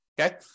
Okay